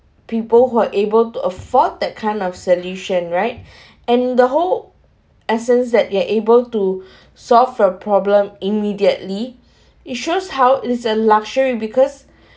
people who are able to afford that kind of solution right and the whole essence that they're able to solve the problem immediately it shows how is a luxury because